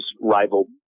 rival